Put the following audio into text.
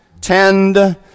tend